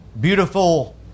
Beautiful